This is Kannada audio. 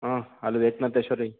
ಹ ಅಲ್ಲಿ ಏಕನಾಥೇಶ್ವರಿ